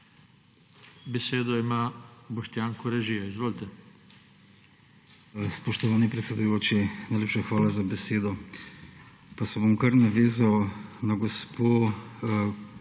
Besedo ima Boštjan Koražija. Izvolite.